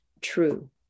true